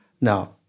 Now